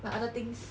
but other things